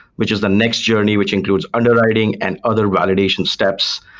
which is the next journey, which includes underwriting and other validation steps,